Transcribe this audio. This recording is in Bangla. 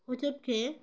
হোঁচট খেয়ে